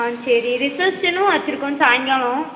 ஆ சரி ரிஷப்ஷனும் வச்சுருக்கோம் சாயங்காலம்